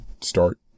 start